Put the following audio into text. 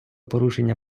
порушення